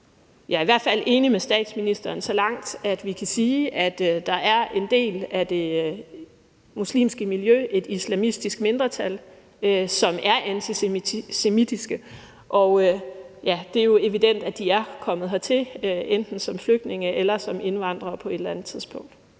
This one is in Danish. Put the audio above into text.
Jeg er i hvert fald enig med statsministeren så langt, at vi kan sige, at der er en del af det muslimske miljø, et islamistisk mindretal, som er antisemitiske, og det er jo evident, at de er kommet hertil som flygtninge eller som indvandrere på et eller andet tidspunkt.